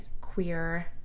queer